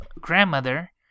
grandmother